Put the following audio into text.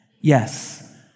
Yes